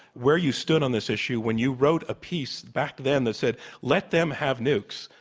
where you stood on this issue, when you wrote a piece back then that said let them have nukes,